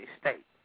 state